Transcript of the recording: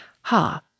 ha